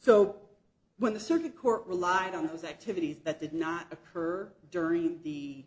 so when the circuit court relied on those activities that did not occur during the